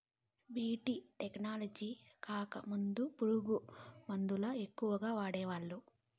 BT technology రాకముందు పురుగు మందుల ఎక్కువగా వాడేవాళ్ళం